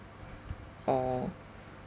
or